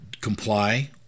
comply